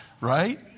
Right